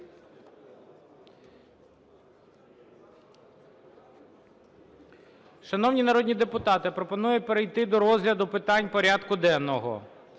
Шановні народні депутати, пропоную перейти до розгляду питань порядку денного.